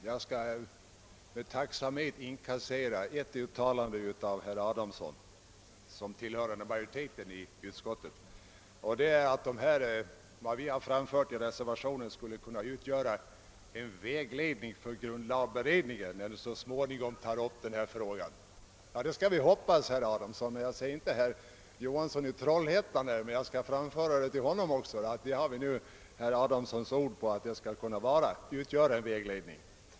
Herr talman! Jag inregistrerar med tacksamhet ett uttalande av herr Adamsson som tillhör majoriteten i utskottet, nämligen att vad som anförts från reservanternas sida skulle kunna utgöra en vägledning för grundlagberedningen när den så småningom tar upp även frågan om utredningsväsendet. Ja, det skall vi hoppas herr Adamsson. Jag kan inte se att herr Johansson i Trollhättan är här närvarande, men jag skall framföra till honom att vi har herr Adamssons ord på att reservationen kan vara en vägledning.